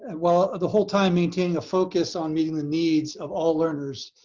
and while ah the whole time maintaining a focus on meeting the needs of all learners,